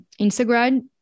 Instagram